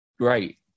Great